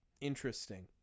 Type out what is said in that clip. Interesting